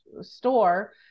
store